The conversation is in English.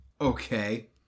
Okay